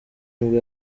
nibwo